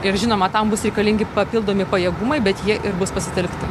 ir žinoma tam bus reikalingi papildomi pajėgumai bet jie ir bus pasitelkti